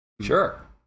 Sure